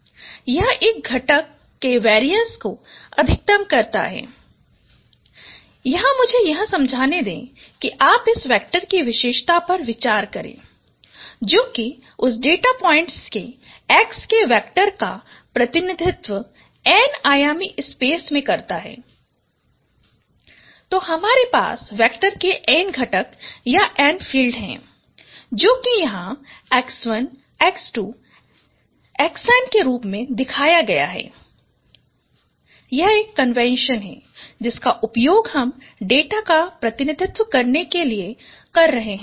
यह एक घटक के वेरीएंस को अधिकतम करता है मुझे यह समझाने दें और आप इस वेक्टर की विशेषता पर विचार करे जो की उस डेटा पॉइंट्स X के वेक्टर का प्रतिनिधित्व n आयामी space में करता है तो हमारे पास वेक्टर के n घटक या n फ़ील्ड हैं जो की यहाँ X1 x2 xn के रूप में दिखाया गया है यह एक कन्वेंशन है जिसका उपयोग हम डेटा का प्रतिनिधित्व करने के लिए कर रहे हैं